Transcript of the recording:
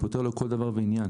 ופותר לו כל דבר ועניין.